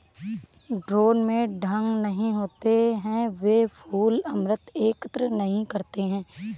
drone में डंक नहीं होते हैं, वे फूल अमृत एकत्र नहीं करते हैं